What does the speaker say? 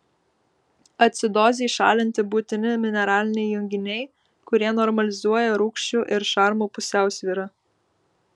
acidozei šalinti būtini mineraliniai junginiai kurie normalizuoja rūgščių ir šarmų pusiausvyrą